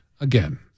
Again